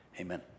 amen